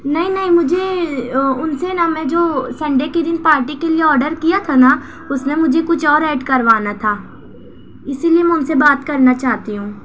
نہیں نہیں مجھے ان سے نا میں جو سنڈے کے دن پارٹی کے لیے آڈر کیا تھا نہ اس میں مجھے کچھ اور ایڈ کر وانا تھا اسی لیے میں ان سے کرنا چاہتی ہوں